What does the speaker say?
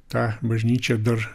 ta bažnyčia dar